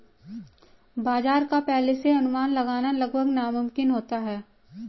बाजार का पहले से अनुमान लगाना लगभग नामुमकिन होता है